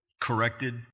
corrected